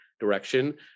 direction